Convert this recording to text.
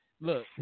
Look